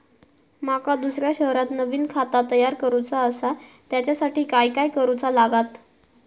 माका दुसऱ्या शहरात नवीन खाता तयार करूचा असा त्याच्यासाठी काय काय करू चा लागात?